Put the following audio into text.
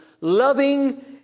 loving